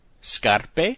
Scarpe